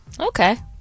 Okay